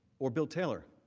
or bill taylor,